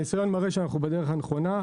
הניסיון מראה שאנחנו בדרך הנכונה.